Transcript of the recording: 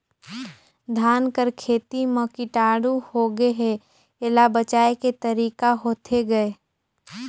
धान कर खेती म कीटाणु होगे हे एला बचाय के तरीका होथे गए?